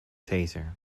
taser